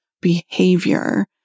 Behavior